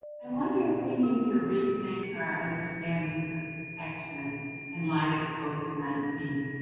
i wonder if we need to rethink our understandings of protection in light of covid nineteen?